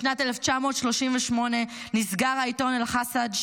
בשנת 1938 נסגר העיתון אל-חאצד,